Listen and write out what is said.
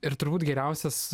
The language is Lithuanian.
ir turbūt geriausias